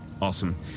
Awesome